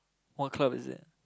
what club is it